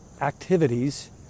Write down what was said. activities